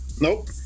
Nope